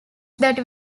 that